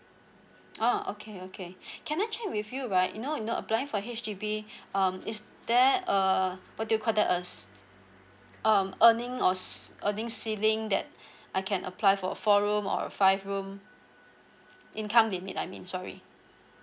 oh okay okay can I check with you right in order to apply for H_D_B um is there uh what do you call that us~ um earning or earning ceilings that I can apply for a four room or a five room income limit I mean sorry